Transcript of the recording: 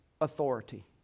authority